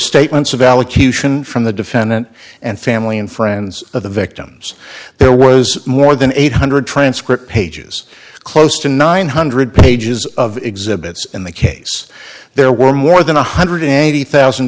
statements of allocution from the defendant and family and friends of the victims there was more than eight hundred dollars transcript pages close to nine hundred dollars pages of exhibits in the case there were more than one hundred and eighty thousand